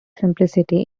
simplicity